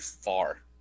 far